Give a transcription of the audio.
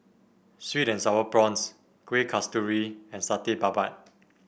sweet and sour prawns Kueh Kasturi and Satay Babat